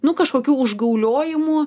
nu kažkokių užgauliojimų